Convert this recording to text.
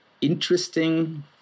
interesting